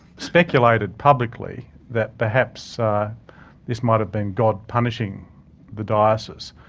speculated publicly that perhaps this might have been god punishing the diocese.